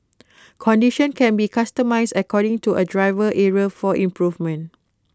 conditions can be customised according to A driver's area for improvement